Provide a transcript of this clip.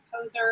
Poser